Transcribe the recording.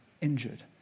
injured